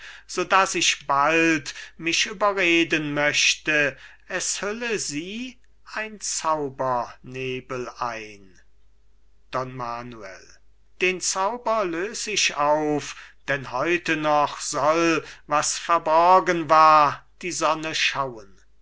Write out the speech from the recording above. so daß ich bald mich überreden möchte es hülle sie ein zaubernebel ein don manuel den zauber lös ich auf denn heute noch soll was verborgen war die sonne schauen